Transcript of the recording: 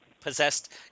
possessed